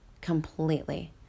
completely